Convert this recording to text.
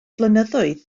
blynyddoedd